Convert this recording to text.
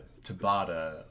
Tabata